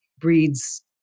breeds